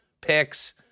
Picks